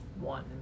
One